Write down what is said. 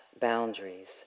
boundaries